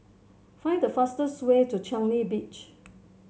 find the fastest way to Changi Beach